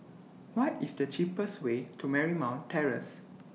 What IS The cheapest Way to Marymount Terrace